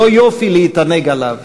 לא יופי להתענג עליו,